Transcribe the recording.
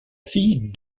fille